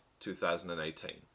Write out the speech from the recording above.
2018